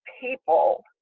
people